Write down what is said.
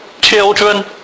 Children